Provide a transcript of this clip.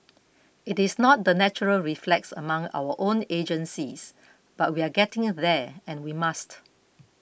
it is not the natural reflex among our own agencies but we are getting there and we must